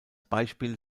beispiel